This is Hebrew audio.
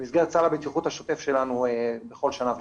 במסגרת סל הבטיחות השוטף שלנו בכל שנה ושנה.